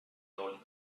told